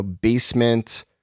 basement